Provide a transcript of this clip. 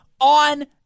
on